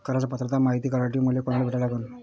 कराच पात्रता मायती करासाठी मले कोनाले भेटा लागन?